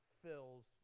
fills